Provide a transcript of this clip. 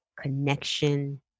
connection